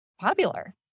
popular